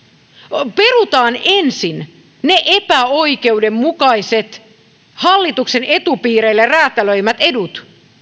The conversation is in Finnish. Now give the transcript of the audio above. on perutaan ensin ne epäoikeudenmukaiset hallituksen etupiireille räätälöimät edut